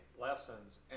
lessons